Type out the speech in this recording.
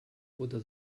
oder